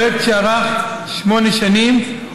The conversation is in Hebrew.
פרויקט שארך שמונה שנים,